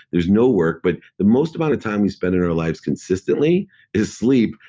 there's no work. but the most amount of time we spend in our lives consistently is sleep.